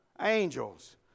angels